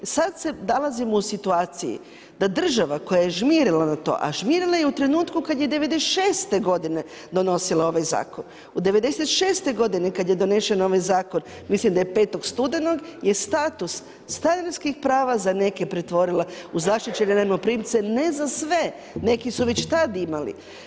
Sada se nalazimo u situaciji da država koja je žmirila na to, a žmirila je u trenutku kada je '96. godine donosila ovaj zakon, '96 godine kada je donesen ovaj zakon mislim da je 5. studenog, je status stanarskih prava za neke pretvorila u zaštićene najmoprimce, ne za sve, neki su već tad imali.